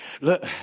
Look